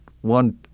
one